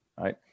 right